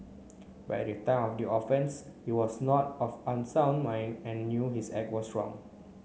but at the time of the offence he was not of unsound mind and knew his act was wrong